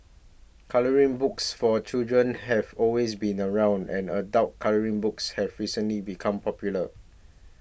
colouring books for children have always been around and adult colouring books have recently become popular